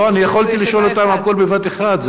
לא, אני יכולתי לשאול הכול בבת אחת.